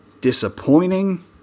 disappointing